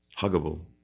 huggable